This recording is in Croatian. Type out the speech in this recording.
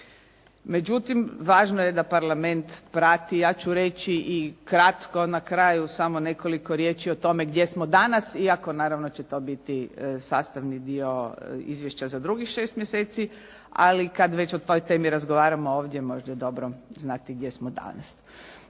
Međutim, važno je da Parlament prati. Ja ću reći i kratko na kraju samo nekoliko riječi o tome gdje smo danas iako naravno će to biti sastavni dio izvješća za drugih 6 mjeseci. Ali kad već o toj temi razgovaramo ovdje, možda je dobro znati gdje smo danas.